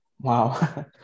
Wow